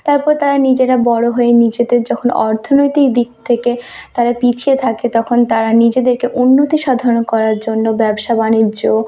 তারপর তারা নিজেরা বড়ো হয়ে নিজেদের যখন অর্থনৈতিক দিক থেকে তারা পিছিয়ে থাকে তখন তারা নিজেদেরকে উন্নতি সাধনা করার জন্য ব্যবসা বাণিজ্য